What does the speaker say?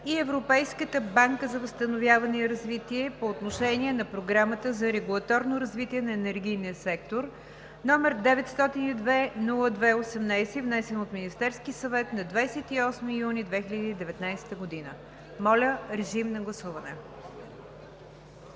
и Европейската банка за възстановяване и развитие по отношение на Програмата за регулаторно развитие на енергийния сектор, № 902-02-18, внесен от Министерския съвет на 28 юни 2019 г. Гласували